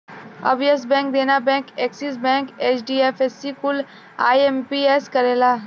अब yes bank, Dena bank, Axis bank, HDFC कुल IMPS करेला